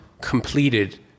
completed